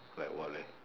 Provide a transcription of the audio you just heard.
like what leh